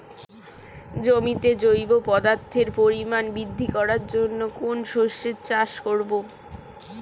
জমিতে জৈব পদার্থের পরিমাণ বৃদ্ধি করার জন্য কোন শস্যের চাষ করবো?